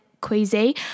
queasy